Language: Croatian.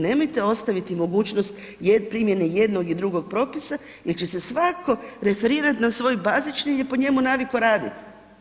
Nemojte ostaviti mogućnost primjene jednog i drugog propisa jer će se svako referirati na svoj bazični jer je po njemu naviko radit.